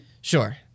Sure